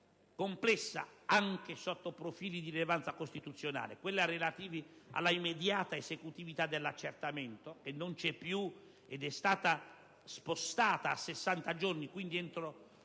complessa, anche sotto profili di rilevanza costituzionale: quella relativa all'immediata esecutività dell'accertamento, che ora non c'è più. Il termine è stato spostato a 60 giorni, dando